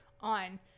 on